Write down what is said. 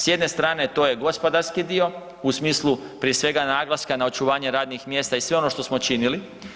S jedne strane to je gospodarski dio u smislu prije svega naglaska na očuvanje radnih mjesta i sve ono što smo činili.